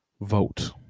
vote